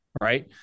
right